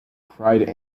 cried